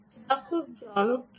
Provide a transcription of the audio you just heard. যা খুব জনপ্রিয়